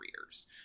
careers